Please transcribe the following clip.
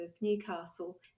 Newcastle